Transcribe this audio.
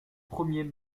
premier